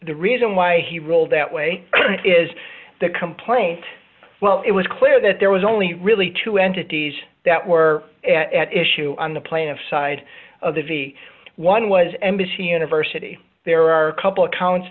the reason why he ruled that way is the complaint well it was clear that there was only really two entities that were at issue on the plaintiff side of the v one was embassy university there are a couple accounts